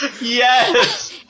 Yes